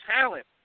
talent